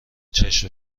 چشم